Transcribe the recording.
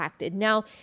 Now